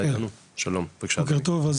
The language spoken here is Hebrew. שלום בוקר טוב.